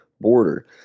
border